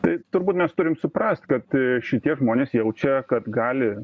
tai turbūt mes turim suprasti kad šitie žmonės jaučia kad gali